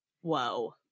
Whoa